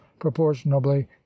proportionably